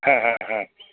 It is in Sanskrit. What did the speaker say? ह ह ह